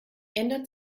ändert